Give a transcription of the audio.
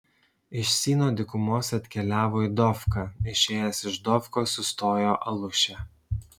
iš sino dykumos atkeliavo į dofką išėję iš dofkos sustojo aluše